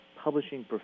publishing